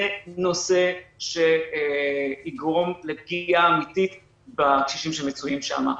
זה נושא שיגרום לפגיעה האמיתית בקשישים שמצויים שם.